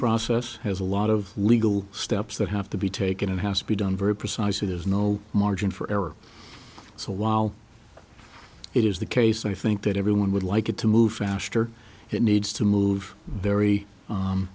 process has a lot of legal steps that have to be taken and has to be done very precisely there's no margin for error so while it is the case i think that everyone would like it to move faster it needs to move very